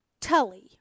tully